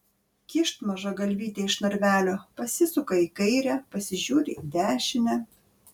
kyšt maža galvytė iš narvelio pasisuka į kairę pasižiūri į dešinę